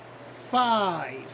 five